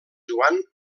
joan